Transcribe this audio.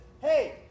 Hey